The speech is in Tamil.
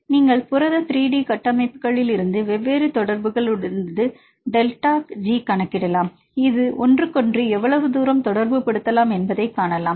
நீங்கள் புரத 3D கட்டமைப்புகளிலிருந்து பல்வேறு தொடர்புகளிலிருந்து டெல்டா G கணக்கிடலாம் மற்றும் இது ஒன்றுக்கொன்று எவ்வளவு தூரம் தொடர்புபடுத்தலாம் என்பதை காணலாம்